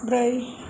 ब्रै